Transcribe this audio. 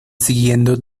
siguiendo